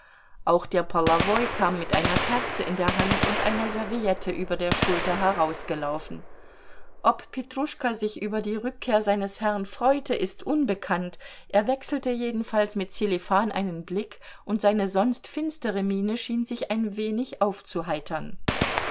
auch der polowoj kam mit einer kerze in der hand und einer serviette über der schulter herausgelaufen ob petruschka sich über die rückkehr seines herrn freute ist unbekannt er wechselte jedenfalls mit sselifan einen blick und seine sonst finstere miene schien sich ein wenig aufzuheitern